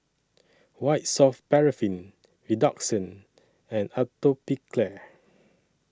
White Soft Paraffin Redoxon and Atopiclair